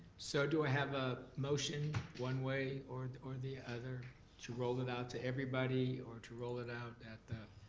so do i have a motion one way or the or the other to roll it out to everybody, or to roll it out at